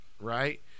right